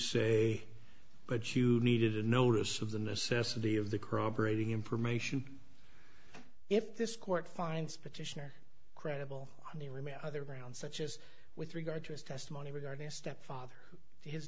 say but you needed a notice of the necessity of the corroborating information if this court finds petitioner credible they remain other grounds such as with regard to his testimony regarding a stepfather his